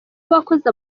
uwakoze